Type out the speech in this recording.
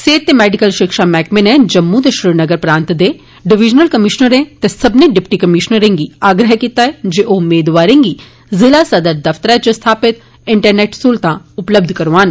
सेहत ते मेडिकल शिक्षा मैहकमें ने जम्मू ते श्रीनगर प्रांतै दे डिवीजनल कमीशनरें ते सब्बने डिप्टी कमीशनरें गी आग्रह कीता ऐ जे ओ मेदवारें गी ज़िला सदर दफ्तर्रे च स्थापत इंटरनेट सह्लतां मुहैआ करोआन